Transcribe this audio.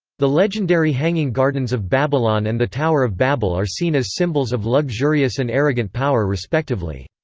the legendary hanging gardens of babylon and the tower of babel are seen as symbols of luxurious and arrogant power respectively.